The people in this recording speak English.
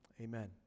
amen